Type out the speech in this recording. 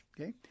okay